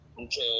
okay